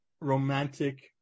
romantic